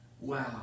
Wow